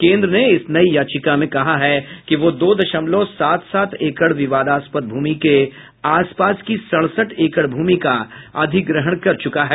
केन्द्र ने इस नई याचिका में कहा है कि वह दो दशमलव सात सात एकड़ विवादास्पद भूमि के आस पास की सड़सठ एकड़ भूमि का अधिग्रहण कर चुका है